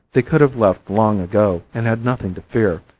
they could have left long ago and had nothing to fear,